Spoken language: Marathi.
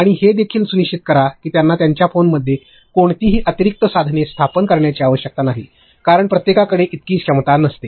आणि हे देखील सुनिश्चित करा की त्यांना त्यांच्या फोनमध्ये कोणतीही अतिरिक्त साधने स्थापित करण्याची आवश्यकता नाही कारण प्रत्येकाकडे इतकी क्षमता नसते